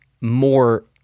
more